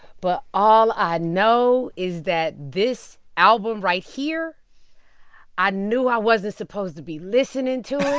but all i know is that this album right here i knew i wasn't supposed to be listening to it